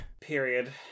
Period